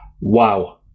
Wow